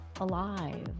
alive